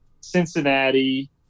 Cincinnati –